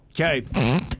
Okay